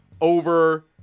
over